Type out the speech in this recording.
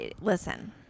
listen